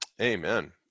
amen